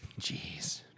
Jeez